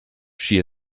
she